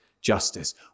justice